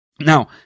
Now